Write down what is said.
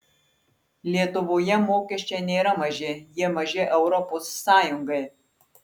lietuvoje mokesčiai nėra maži jie maži europos sąjungai